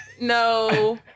No